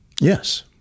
Yes